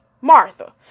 Martha